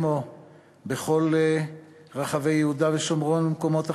כמו בכל רחבי יהודה ושומרון ובמקומות אחרים,